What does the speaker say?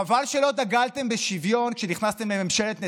חבל שלא דגלתם בשוויון כשנכנסתם לממשלת נתניהו.